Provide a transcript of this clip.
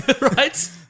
Right